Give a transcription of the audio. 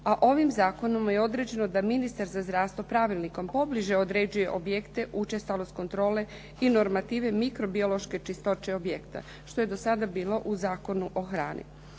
a ovim zakonom je određeno da ministar za zdravstvo pravilnikom pobliže određuje objekte, učestalost kontrole i normativne mikrobiološke čistoće objekta što je do sada bilo u Zakonu o hrani.